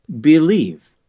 believe